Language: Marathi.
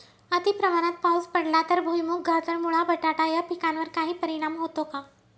अतिप्रमाणात पाऊस पडला तर भुईमूग, गाजर, मुळा, बटाटा या पिकांवर काही परिणाम होतो का?